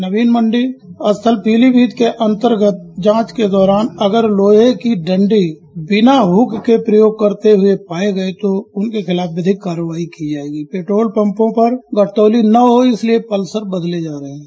नवीन मंडी स्थल पोलीभीत के अन्तर्गत जांच के दौरान अगर लोहें की डंडी बिना हुक के प्रयोग करते हुए पाये गये तो विधिक कार्यवाही की जायेगी पेट्रोल पम्पों पर घटतौली न हो इसलिए पल्सर बदले जा रहे हैं